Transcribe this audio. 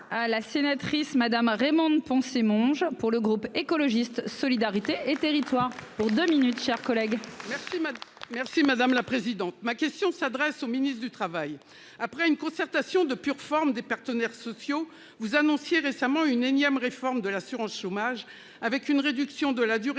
merci madame la présidente. Ma question s'adresse au ministre du Travail après une concertation de pure forme des partenaires sociaux, vous annonciez récemment une énième réforme de l'assurance chômage avec une réduction de la durée